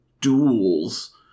duels